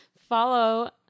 follow